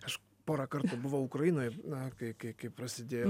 aš porą kartų buvo ukrainoj na kai kai kai prasidėjo